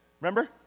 Remember